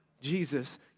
Jesus